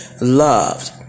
loved